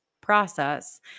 process